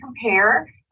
compare